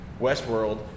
Westworld